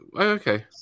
Okay